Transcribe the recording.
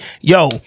yo